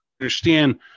understand